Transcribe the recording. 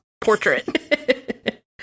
portrait